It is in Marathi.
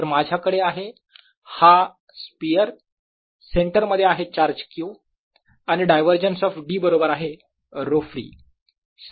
तर माझ्याकडे आहे हा स्पियर सेंटरमध्ये आहे चार्ज Q आणि डायवरजन्स ऑफ D बरोबर आहे ρfree